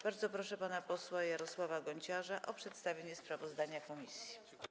Bardzo proszę pana posła Jarosława Gonciarza o przedstawienie sprawozdania komisji.